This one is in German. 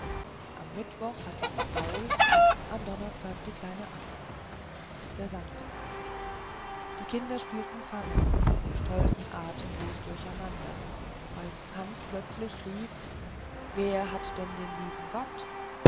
am mittwoch hatte ihn paul am donnerstag die kleine anna der samstag kam die kinder spielten fangen und tollten atemlos durcheinander als hans plötzlich rief wer hat denn den lieben gott